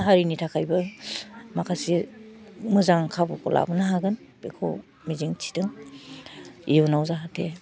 हारिनि थाखाइबो माखासे मोजां खाबुखौ लाबोनो हागोन बेखौ मिजिं थिदों इउनाव जाहाथे